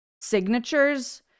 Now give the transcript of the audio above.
signatures